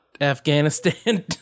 Afghanistan